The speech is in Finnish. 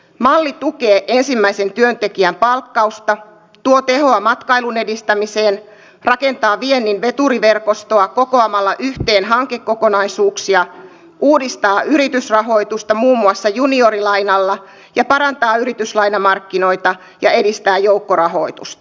malli tukee ensimmäisen työntekijän palkkausta tuo tehoa matkailun edistämiseen rakentaa viennin veturiverkostoa kokoamalla yhteen hankekokonaisuuksia uudistaa yritysrahoitusta muun muassa juniorilainalla ja parantaa yrityslainamarkkinoita ja edistää joukkorahoitusta